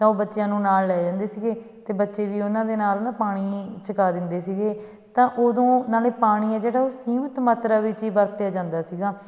ਤਾਂ ਉਹ ਬੱਚਿਆਂ ਨੂੰ ਨਾਲ ਲੈ ਜਾਂਦੇ ਸੀਗੇ ਅਤੇ ਬੱਚੇ ਵੀ ਉਹਨਾਂ ਦੇ ਨਾਲ ਨਾ ਪਾਣੀ ਚੁਕਾ ਦਿੰਦੇ ਸੀਗੇ ਤਾਂ ਉਦੋਂ ਨਾਲੇ ਪਾਣੀ ਹੈ ਜਿਹੜਾ ਉਹ ਸੀਮਿਤ ਮਾਤਰਾ ਵਿੱਚ ਹੀ ਵਰਤਿਆ ਜਾਂਦਾ ਸੀਗਾ